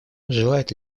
желает